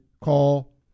call